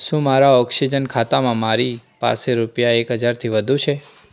શું મારા ઓક્સિજન ખાતામાં મારી પાસે રૂપિયા એક હજારથી વધુ છે